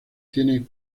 tiene